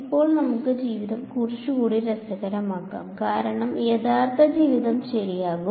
ഇപ്പോൾ നമുക്ക് ജീവിതം കുറച്ചുകൂടി രസകരമാക്കാം കാരണം യഥാർത്ഥ ജീവിതം ശരിയാകും